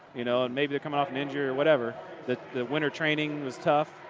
you know. and maybe they're coming off an injury or whatever, that the winter training was tough,